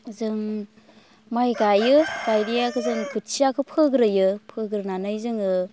जों माइ गायो गायनाया जों खोथियाखौ फोग्रोयो फोग्रोनानै जोङो